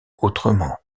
autrement